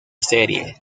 serie